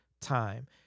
time